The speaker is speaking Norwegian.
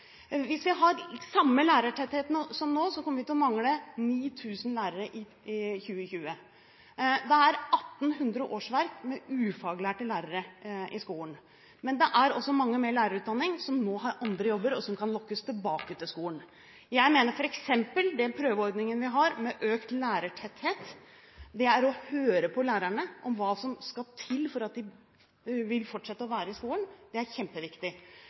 Hvis vi har samme lærertettheten som nå, kommer vi til å mangle 9 000 lærere i 2020. Da er 1 800 årsverk med ufaglærte lærere i skolen. Men det er også mange med lærerutdanning som nå har andre jobber, og som kan lokkes tilbake til skolen. Jeg mener f.eks. at den prøveordningen vi har med økt lærertetthet, er å høre på lærerne om hva som skal til for at de vil fortsette å være i skolen. Det er kjempeviktig.